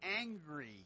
angry